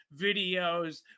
videos